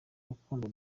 rukundo